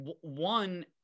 One